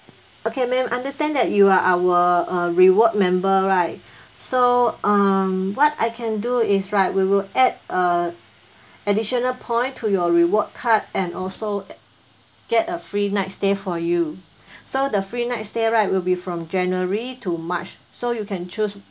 okay madam understand that you are our uh reward member right so um what I can do is right we will add uh additional point to your reward card and also get a free night stay for you so the free night stay right will be from january to march so you can choose